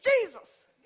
Jesus